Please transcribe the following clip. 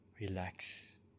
Relax